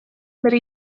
bere